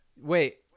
Wait